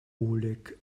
oleg